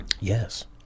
Yes